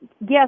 Yes